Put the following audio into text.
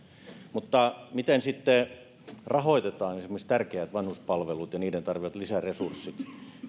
mutta miten sitten rahoitetaan esimerkiksi tärkeät vanhuspalvelut ja niiden tarvitsemat lisäresurssit